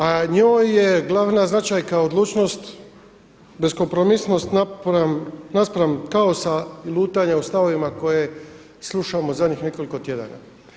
A njoj je glavna značajka odlučnost, beskompromisnost naspram kaosa i lutanja u stavovima koje slušamo u zadnjih nekoliko tjedana.